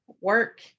work